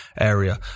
area